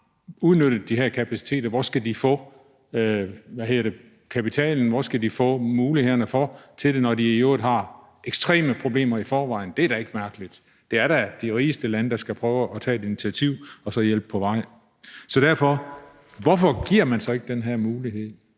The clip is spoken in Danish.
udnyttet de her kapaciteter, for hvor skal de få kapitalen fra og mulighederne til det fra, når de i øvrigt har ekstreme problemer i forvejen? Det er da ikke mærkeligt. Det er da de rigeste lande, der skal prøve at tage et initiativ og hjælpe dem på vej. Derfor: Hvorfor giver man dem ikke den her mulighed?